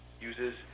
uses